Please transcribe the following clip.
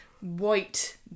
white